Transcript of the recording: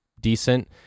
decent